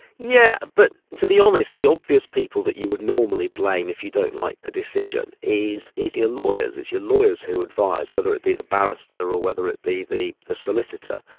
yeah but to be honest, the obvious people that you would normally blame if you don't like the decision, is is your lawyers, it's your lawyers who advise, whether it be the barrister or whether it be the the solicitor.